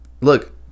Look